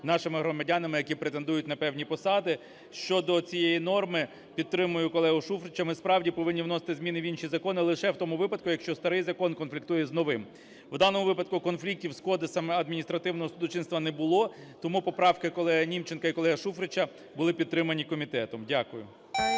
нашими громадянами, які претендують на певні посади. Щодо цієї норми, підтримую колегу Шуфрича. Ми справді повинні вносити зміни в інші закони лише в тому випадку, якщо старий закон конфліктує з новим. У даному випадку конфліктів з Кодексом адміністративного судочинства не було, тому поправки колеги Німченка і колеги Шуфрича були підтримані комітетом. Дякую.